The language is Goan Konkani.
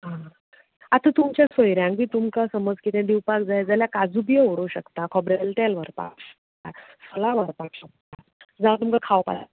आतां तुमच्या सोयऱ्यांक बी तुमकां समज कितें दिवपाक जाय जाल्यार काजू बियो दिवपाक शकता खोबरेल तेल व्हारपाक शकता सोलां व्हरपाक सकता जावं तुमकां खावपाचें